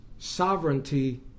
Sovereignty